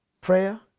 prayer